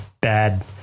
bad